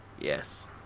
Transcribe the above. Yes